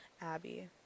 Abby